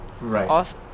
Right